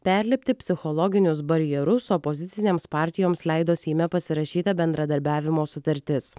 perlipti psichologinius barjerus opozicinėms partijoms leido seime pasirašyta bendradarbiavimo sutartis